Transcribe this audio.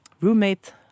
roommate